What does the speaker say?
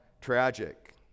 tragic